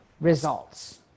results